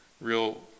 real